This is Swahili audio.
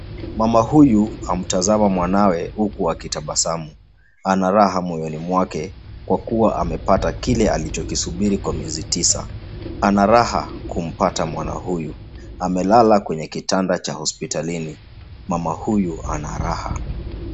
Mama huyu amtazama mwanawe huku akitabasamu, ana raha moyoni mwake kwa kuwa amepata kile alicho kisubiri kwa miezi tisa. Ana raha kumpata mwana huyu amelala kwenye kitanda cha hospitalini. mama huyu ana raha.